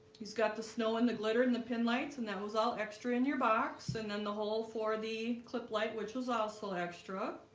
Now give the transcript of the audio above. he's got the snow and the glitter and the pin lights and that was all extra in your box and then the hole for the clip light, which was also extra